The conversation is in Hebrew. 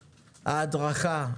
ההדרכה,